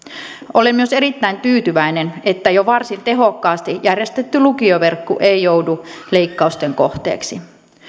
olen myös erittäin tyytyväinen että jo varsin tehokkaasti järjestetty lukioverkko ei joudu leikkausten kohteeksi